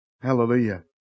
Hallelujah